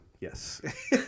Yes